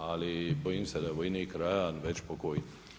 Ali bojim se da vojnik Rajan već pokojni.